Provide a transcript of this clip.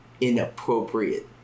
inappropriate